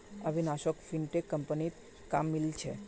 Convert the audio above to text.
अविनाशोक फिनटेक कंपनीत काम मिलील छ